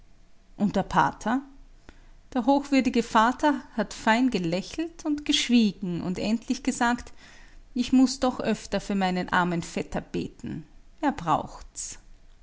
und der pater der hochwürdige vater hat fein gelächelt und geschwiegen und endlich gesagt ich muß doch öfter für meinen armen vetter beten er braucht